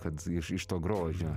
kad iš iš to grožio